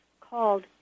called